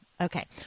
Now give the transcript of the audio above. Okay